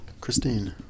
Christine